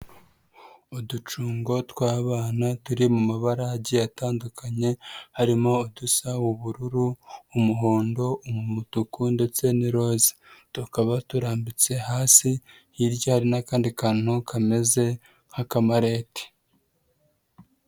Uducungo tw'abana turi mu mabara agiye atandukanye, harimo udusa ubururu, umuhondo, umutuku ndetse n'iroza, tukaba turambitse hasi hirya hari n'akandi kantu kameze nk'akamareti.